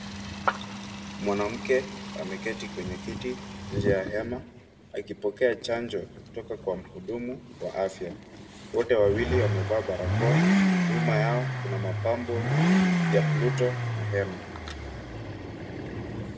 Mwanamke ameketi kwenye kiti nje ya hema akipokea chanjo kutoka kwa mhudumu wa afya. Wote wawili wamevaa barakoa. Nyuma yao kuna mapambo ya pluto na hema.